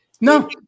No